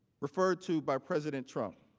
referred to by president trump